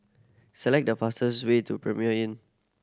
select the fastest way to Premier Inn